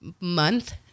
month